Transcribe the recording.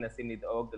מנסים לדאוג למסגרות.